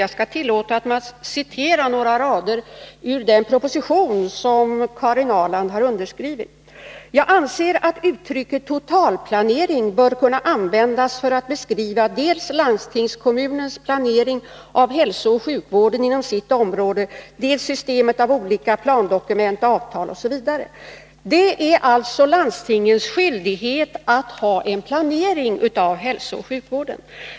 Jag tillåter mig att citera några rader ur propositionen med det lagförslaget, som Karin Ahrland har skrivit under: ”Jag anser att uttrycket totalplanering bör kunna användas för att beskriva dels landstingskommunens planering av hälsooch sjukvården inom sitt område, dels systemet av olika plandokument, avtal och andra överenskommelser ——-=.” Det är alltså landstingens skyldighet att ha en planering av hälsooch sjukvården.